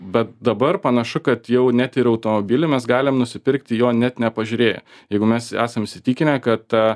bet dabar panašu kad jau net ir automobilį mes galim nusipirkti jo net nepažiūrėję jeigu mes esam įsitikinę kad ta